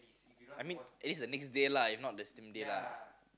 I mean it's the next day lah it's not the same day lah